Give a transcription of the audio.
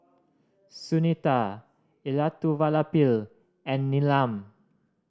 Sunita Elattuvalapil and Neelam